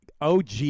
OG